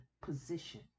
position